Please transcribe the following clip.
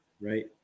Right